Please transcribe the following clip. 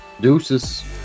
Deuces